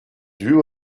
you